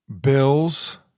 Bills